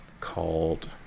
called